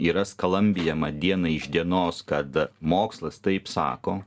yra skalambijama diena iš dienos kad mokslas taip sako